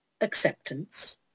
acceptance